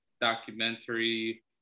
documentary